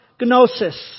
Gnosis